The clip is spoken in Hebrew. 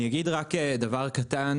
אני אגיד דבר קטן,